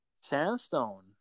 Sandstone